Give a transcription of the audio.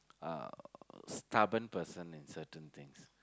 uh stubborn person in certain things